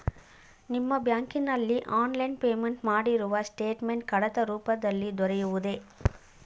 ನಿಮ್ಮ ಬ್ಯಾಂಕಿನಲ್ಲಿ online payment ಮಾಡಿರುವ ಸ್ಟೇಟ್ಮೆಂಟ್ ಕಡತ ರೂಪದಲ್ಲಿ ದೊರೆಯುವುದೇ?